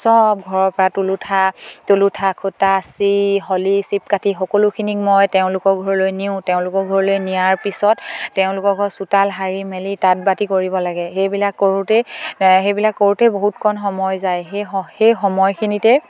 চব ঘৰৰ পৰা তুলুঠা তুলুঠা খুটা চি হলি চিপ কাঠি সকলোখিনিক মই তেওঁলোকৰ ঘৰলৈ নিওঁ তেওঁলোকৰ ঘৰলৈ নিয়াৰ পিছত তেওঁলোকক ঘৰ চোতাল সাৰি মেলি তাঁত বাতি কৰিব লাগে সেইবিলাক কৰোঁতেই সেইবিলাক কৰোঁতেই বহুত কণ সময় যায় সেই সেই সময়খিনিতে